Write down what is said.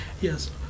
Yes